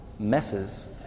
Messes